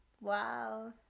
Wow